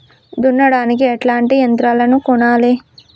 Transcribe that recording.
దున్నడానికి ఎట్లాంటి యంత్రాలను కొనాలే?